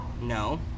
No